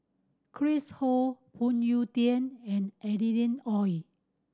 Chris Ho Phoon Yew Tien and Adeline Ooi